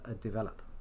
develop